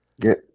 get